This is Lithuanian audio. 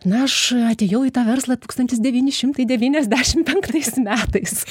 na aš atėjau į verslą tūkstantis devyni šimtai devyniasdešimt penktais metais